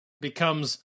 becomes